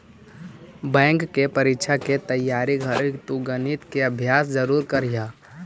bank के परीक्षा के तइयारी घड़ी तु गणित के अभ्यास जरूर करीह